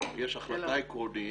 לא, יש החלטה עקרונית.